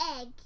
egg